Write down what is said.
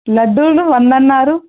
లడ్లు వంద అన్నారు